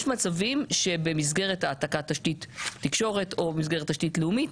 יש מצבים שבמסגרת העתקת תשתית תקשורת או במסגרת תשתית לאומית,